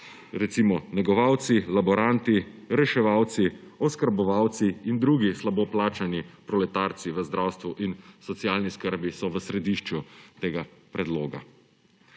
Recimo, negovalci, laboranti, reševalci, oskrbovalci in drugi slabo plačani proletarci v zdravstvu in socialni skrbi so v središču tega predloga.